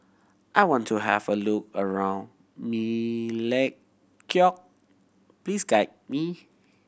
I want to have a look around Melekeok please guide me